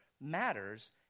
matters